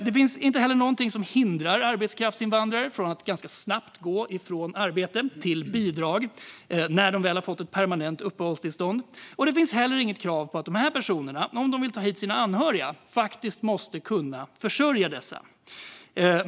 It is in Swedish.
Det finns inget som hindrar arbetskraftsinvandrare från att ganska snabbt gå från arbete till bidrag när de väl fått ett permanent uppehållstillstånd. Det finns heller inget krav på att dessa personer om de vill ta hit sina anhöriga faktiskt måste kunna försörja dessa.